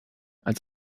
als